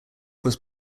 was